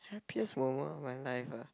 happiest moment of my life ah